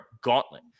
gauntlet